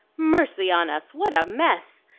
mercy on us, what a mess!